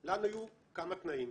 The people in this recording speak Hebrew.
לנו היו כמה תנאים,